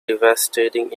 devastating